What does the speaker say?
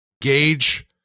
gauge